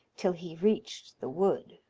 till he reached the wood.